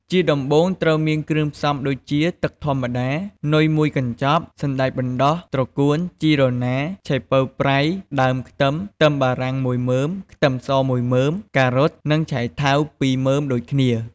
ជាដំបូងត្រូវមានគ្រឿងផ្សំដូចជា ទឹកធម្មតា នុយមួយកញ្ចប់ សណ្តែកបណ្តុះ ត្រកួន ជីរណា ឆៃពៅប្រៃ ដើមខ្ទឹម ខ្ទឹមបារាំងមួយមើម ខ្ទឹមសមួយមើម ការ៉ុត និងឆៃថាវពីរមើមដូចគ្នា។